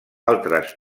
altres